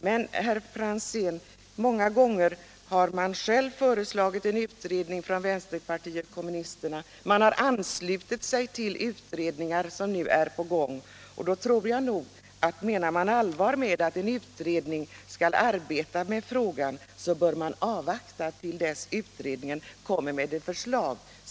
Men, herr Franzén, många gånger har vänsterpartiet kommunisterna självt föreslagit en utredning eller anslutit sig till förslag om utredning. Menar man allvar med att en utredning skall arbeta med en fråga, så bör man avvakta utredningens förslag.